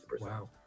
Wow